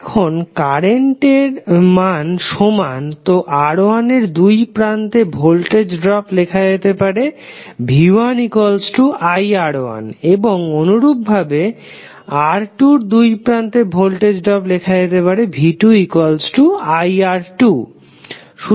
এখন কারেন্ট সমান তো R1 দুই প্রান্তে ভোল্টেজ ড্রপ লেখা যেতে পারে v1iR1 এবং অনুরূপভাবে R2 এর দুই প্রান্তে ভোল্টেজ ড্রপ লেখা যেতে পারে v2iR2